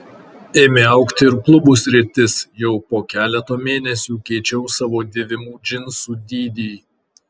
ėmė augti ir klubų sritis jau po keleto mėnesių keičiau savo dėvimų džinsų dydį